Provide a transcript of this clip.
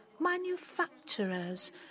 manufacturers